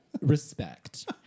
Respect